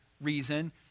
reason